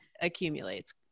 accumulates